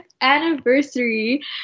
anniversary